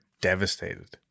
devastated